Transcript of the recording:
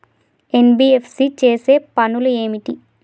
NBFC చేసే పనులు ఏమిటి?